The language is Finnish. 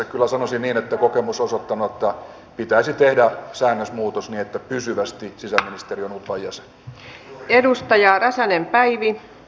kyllä sanoisin niin että kokemus on osoittanut että pitäisi tehdä säännösmuutos niin että pysyvästi sisäministeri on utvan jäsen